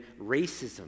racism